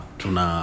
tuna